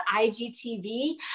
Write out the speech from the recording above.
IGTV